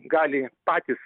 gali patys